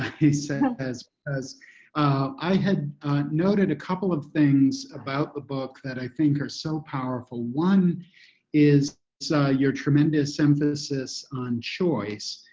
he said. as as i had noted a couple of things about the book that i think are so powerful. one is so your tremendous emphasis on choice.